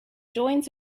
joins